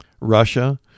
Russia